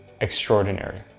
extraordinary